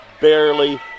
barely